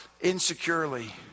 insecurely